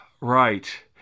right